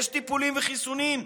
יש טיפולים וחיסונים.